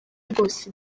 rwose